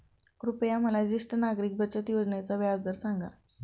कृपया मला ज्येष्ठ नागरिक बचत योजनेचा व्याजदर सांगा